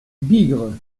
bigre